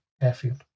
airfield